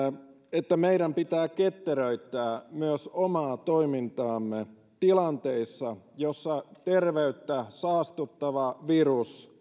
että meidän pitää ketteröittää myös omaa toimintaamme tilanteissa joissa terveyttä saastuttava virus